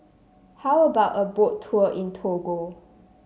how about a Boat Tour in Togo